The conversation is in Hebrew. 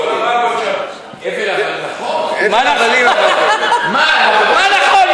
נכון, מה נכון?